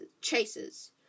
chasers